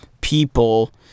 people